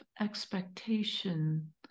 expectation